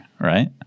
right